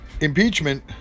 impeachment